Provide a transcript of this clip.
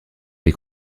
des